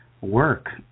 work